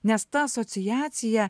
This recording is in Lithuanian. nes ta asociacija